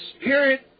Spirit